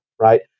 right